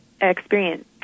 experience